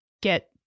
get